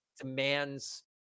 demands